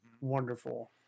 wonderful